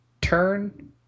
turn